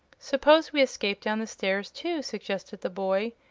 suppose we escape down the stairs, too, suggested the boy.